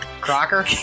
Crocker